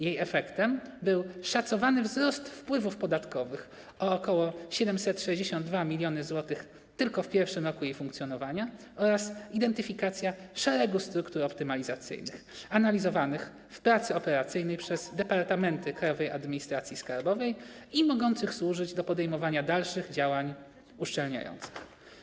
Jej efektem był szacowany wzrost wpływów podatkowych o ok. 762 mln zł tylko w pierwszym roku jej funkcjonowania oraz identyfikacja szeregu struktur optymalizacyjnych analizowanych w pracy operacyjnej przez departamenty Krajowej Administracji Skarbowej i mogących służyć do podejmowania dalszych działań uszczelniających.